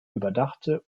überdachte